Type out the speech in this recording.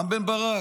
רם בן ברק,